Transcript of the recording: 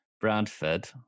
Bradford